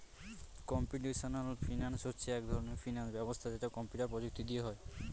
computational finance হচ্ছে এক ধরনের ফিনান্স ব্যবস্থা যেটা কম্পিউটার প্রযুক্তি দিয়ে হয়